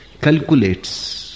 calculates